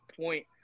point